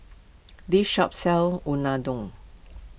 this shop sells Unadon